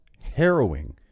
harrowing